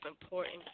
important